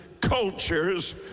cultures